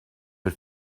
but